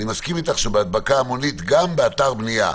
ואני מסכים איתך שבהדבקה המונית גם באתר בנייה,